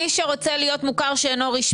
מי שרוצה להיות מוכר שאינו רשמי,